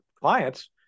clients